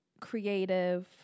creative